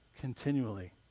continually